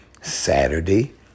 Saturday